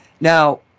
Now